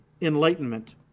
enlightenment